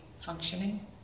functioning